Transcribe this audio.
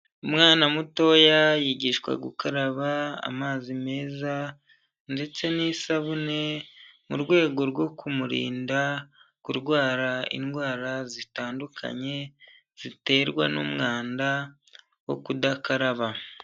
Umwana mutoya yigishwa gukaraba amazi meza, ndetse n'isabune mu rwego rwo kumurinda kurwara indwara zitandukanye ziterwa n'umwanda wo kudakaraba.